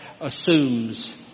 assumes